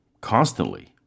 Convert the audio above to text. constantly